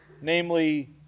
namely